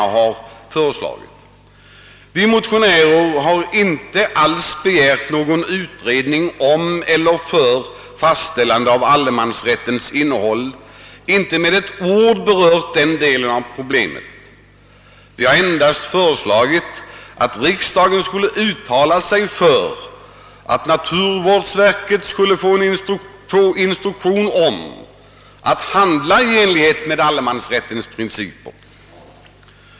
Vi motionärer har inte alls begärt någon utredning om allemansrättens innehåll. Vi har inte med ett ord berört den delen av problemet utan har endast föreslagit att riksdagen uttalar sig för att naturvårdsverket skall få instruktion att handla i enlighet med allemansrättens principer.